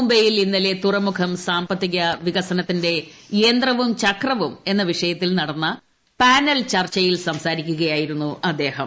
മുംബൈയിൽ ഇന്നലെ തുറമുഖം സാമ്പത്തിക വികസനത്തിന്റെ യന്ത്രവും ചക്രവും എന്ന വിഷയത്തിൽ നടന്ന പാനൽ ചർച്ചയിൽ സംസാരിക്കുകയായിരുന്നു അദ്ദേഹം